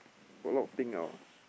put a lot of thing [liao] ah